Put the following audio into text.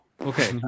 okay